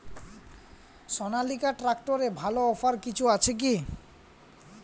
সনালিকা ট্রাক্টরে ভালো অফার কিছু আছে কি?